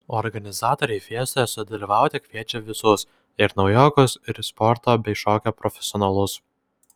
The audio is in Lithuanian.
organizatoriai fiestoje sudalyvauti kviečia visus ir naujokus ir sporto bei šokio profesionalus